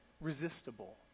resistible